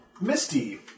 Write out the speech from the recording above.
Misty